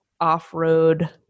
off-road